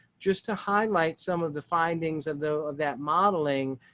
just to highlight some of the findings of the of that modeling.